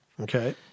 okay